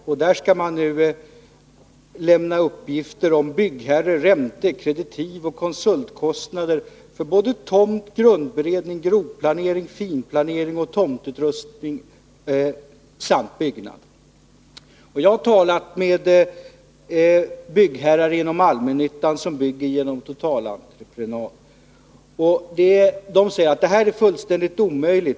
På den skall det lämnas uppgifter om byggherre, ränte-, kreditivoch konsultkostnader för tomt, grundberedning, grovplanering, finplanering, tomtutrustning och byggnad. Jag har talat med byggherrar inom allmännyttan som bygger med totalentreprenad och de säger att systemet är fullständigt omöjligt.